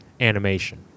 animation